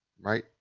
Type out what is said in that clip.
Right